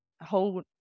whole